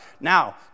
Now